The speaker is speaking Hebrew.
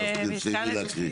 אז תסיימי להקריא.